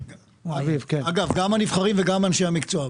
גם הנבחרים, וגם אנשי המקצוע.